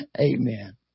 Amen